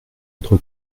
autre